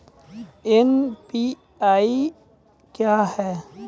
NPA क्या हैं?